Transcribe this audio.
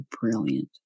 brilliant